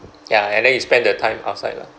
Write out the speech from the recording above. ya and then you spend the time outside lah